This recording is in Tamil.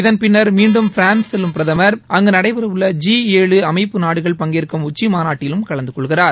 இதன் பின்னர் மீண்டும் பிரான்ஸ் செல்லும் பிரதமர் அங்கு நடைபெறவுள்ள ஜி ஏழு அமைப்பு நாடுகள் பங்கேற்கும் உச்சிமாநாட்டிலும் கலந்து கொள்கிறார்